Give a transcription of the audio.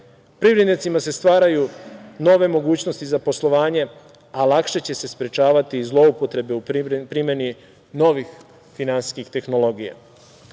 Privrednicima se stvaraju nove mogućnosti za poslovanje, a lakše će se sprečavati zloupotrebe u primeni novih finansijskih tehnologija. Postoji